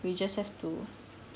we just have to